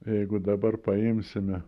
jeigu dabar paimsime